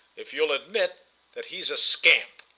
if you'll admit that he's a scamp.